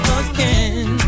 again